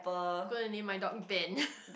go and name my dog Ben